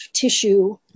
tissue